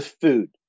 food